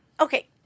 okay